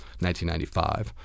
1995